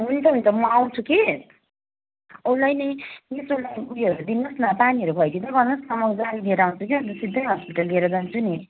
हुन्छ हुन्छ म आउँछु कि उसलाई नि मिस उसलाई उयो हेरिदिनु होस् न पानीहरू खुवाइदिँदै गर्नुहोस् र म गाडी लिएर आउँछु कि अनि सिधै हस्पिटल लिएर जान्छु नि